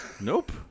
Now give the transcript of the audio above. Nope